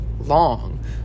long